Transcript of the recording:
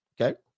Okay